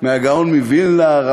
מהגאון מווילנה?